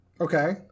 okay